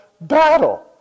battle